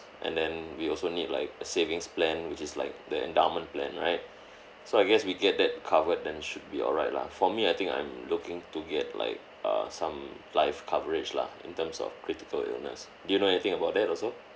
and then we also need like a savings plan which is like the endowment plan right so I guess we get that covered then should be alright lah for me I think I'm looking to get like uh some life coverage lah in terms of critical illness do you know anything about that also